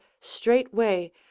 straightway